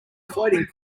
floating